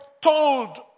told